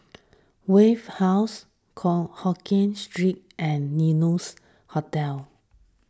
Wave House Hokien Street and Adonis Hotel